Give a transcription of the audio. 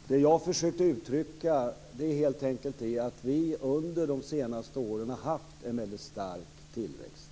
Herr talman! Det jag försökte uttrycka är helt enkelt att vi under de senaste åren haft en väldigt stark tillväxt.